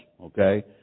okay